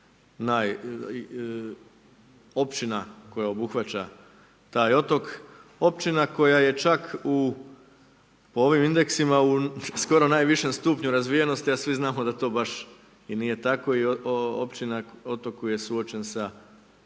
općina koja obuhvaća taj otok, općina koja je čak po ovim indeksima, skoro u najvišem stupnju razvijenosti i svi znamo da to baš i nije tako. I općina je otoku je suočen sa